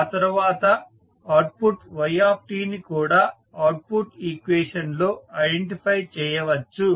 ఆ తరువాత output y ని కూడా అవుట్పుట్ ఈక్వేషన్ లో ఐడెంటిఫై చేయవచ్చు